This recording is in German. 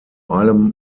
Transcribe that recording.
allem